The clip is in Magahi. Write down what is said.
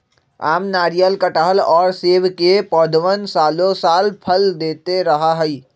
आम, नारियल, कटहल और सब के पौधवन सालो साल फल देते रहा हई